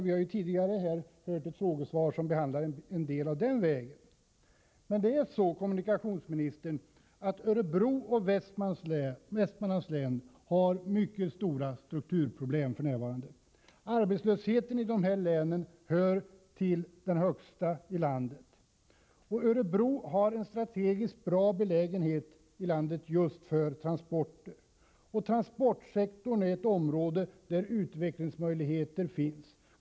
Vi har tidigare hört ett frågesvar, som behandlar en del av den vägen. Men Örebro län och Västmanlands län har mycket stora strukturproblem f.n. Arbetslösheten i dessa län hör till den högsta i landet. Och Örebro har ett strategiskt bra läge i landet för transporter, och just inom den sektorn finns det utvecklingsmöjligheter.